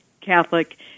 Catholic